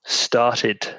started